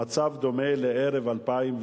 המצב דומה לערב 2008,